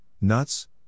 nuts